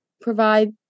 provide